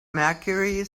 mercury